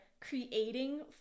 creating